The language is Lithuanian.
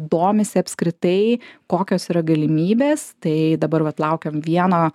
domisi apskritai kokios yra galimybės tai dabar vat laukiam vieno